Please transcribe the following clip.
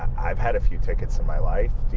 i've had a few tickets in my life.